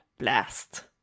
Blast